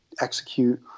execute